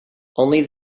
only